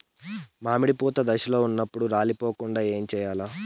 మామిడి పూత దశలో ఉన్నప్పుడు రాలిపోకుండ ఏమిచేయాల్ల?